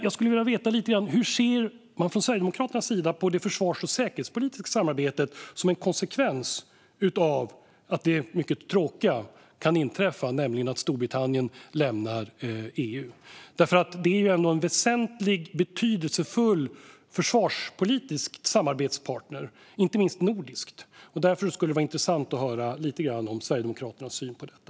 Jag skulle vilja veta lite grann om hur man från Sverigedemokraternas sida ser på det försvars och säkerhetspolitiska samarbetet som en konsekvens av att det mycket tråkiga kan inträffa, nämligen att Storbritannien lämnar EU. Det är ändå en väsentlig och betydelsefull försvarspolitisk samarbetspartner, inte minst nordiskt. Därför skulle det vara intressant att höra lite grann om Sverigedemokraternas syn på detta.